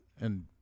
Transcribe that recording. and-